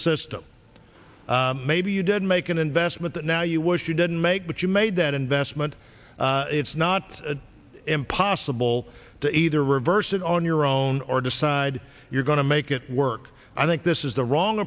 system maybe you did make an investment that now you wish you didn't make but you made that investment it's not impossible to either reverse it on your own or decide you're going to make it work i think this is the wrong